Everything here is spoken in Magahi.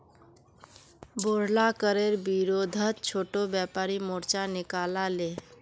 बोढ़ला करेर विरोधत छोटो व्यापारी मोर्चा निकला ले